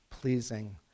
pleasing